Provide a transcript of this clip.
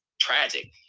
tragic